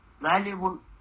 valuable